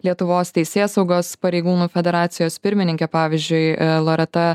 lietuvos teisėsaugos pareigūnų federacijos pirmininkė pavyzdžiui loreta